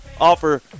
offer